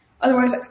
otherwise